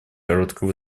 короткое